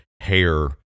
hair